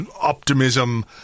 optimism